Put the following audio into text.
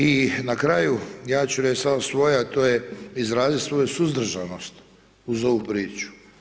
I na kraju, ja ću reći samo svoje, a to je, izrazi svoju suzdržanost uz ovu priču.